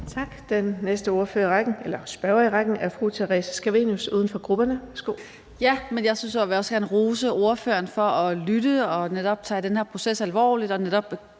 Tak. Den næste spørger i rækken er fru Theresa Scavenius, uden for grupperne. Værsgo. Kl. 19:09 Theresa Scavenius (UFG): Jeg vil også gerne rose ordføreren for at lytte og tage den her proces alvorligt og netop